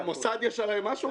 במוסד יש עליי משהו?